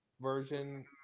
Version